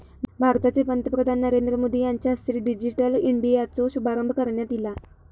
भारताचे पंतप्रधान नरेंद्र मोदी यांच्या हस्ते डिजिटल इंडियाचो शुभारंभ करण्यात ईला